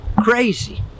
crazy